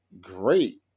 great